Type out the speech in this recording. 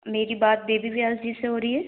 मेरी बात बेबी भैया जी से हो रही है